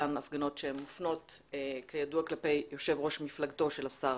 אותן הפגנות שכידוע מופנות כלפי יושב ראש מפלגתו של השר